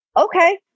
Okay